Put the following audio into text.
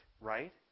right